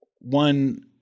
one